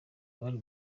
bari